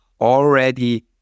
already